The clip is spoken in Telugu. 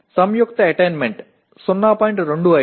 సంయుక్త అటైన్మెంట్ 0